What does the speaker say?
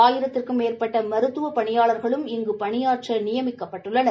ஆயிரத்திற்கும் மேற்பட்டமருத்துவப் பணியாளர்களும் இங்கு நியமிக்கப்பட்டுள்ளனர்